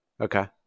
Okay